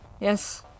Yes